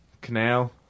Canal